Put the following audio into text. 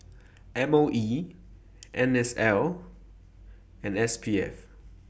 M O E N S L and S P F